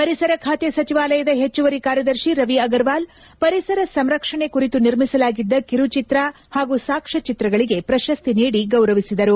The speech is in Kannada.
ಪರಿಸರ ಖಾತೆ ಸಚಿವಾಲಯದ ಹೆಚ್ಚುವರಿ ಕಾರ್ಯದರ್ತಿ ರವಿ ಅಗರ್ವಾಲ್ ಪರಿಸರ ಸಂರಕ್ಷಣೆ ಕುರಿತು ನಿರ್ಮಿಸಲಾಗಿದ್ದ ಕಿರುಚಿತ್ರ ಹಾಗೂ ಸಾಕ್ಕ್ನ ಚಿತ್ರಗಳಿಗೆ ಪ್ರಶಸ್ತಿ ನೀಡಿ ಗೌರವಿಸಿದರು